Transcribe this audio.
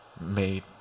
made